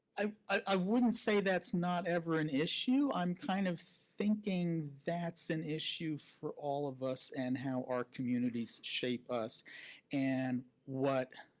i i wouldn't say that's not ever an issue. i'm kind of thinking that's an issue for all of us and how our communities shape us and what.